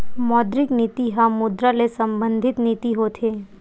मौद्रिक नीति ह मुद्रा ले संबंधित नीति होथे